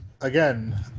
again